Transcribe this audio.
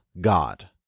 God